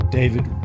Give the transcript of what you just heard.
David